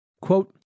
Quote